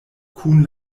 kun